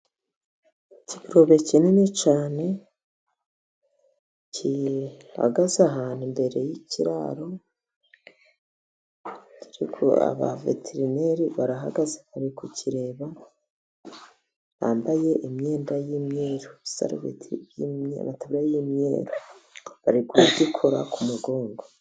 Ikigurube kinini cyane gihagaze ahantu imbere y'ikiraro. Aba veterineri barahagaze bari kukireba bambaye imyenda y'imyeru, isarubeti y'umweru, amataburiya y'imyeru bari kugikora ku mugongo.